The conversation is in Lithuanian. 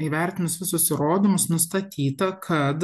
įvertinus visus įrodymus nustatyta kad